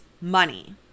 money